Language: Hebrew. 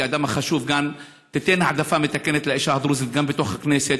כאדם החשוב כאן: תן העדפה מתקנת לאישה הדרוזית גם בתוך הכנסת,